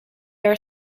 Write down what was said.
are